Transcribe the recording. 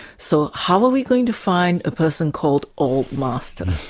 so how are we going to find a person called old master?